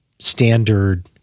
standard